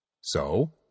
So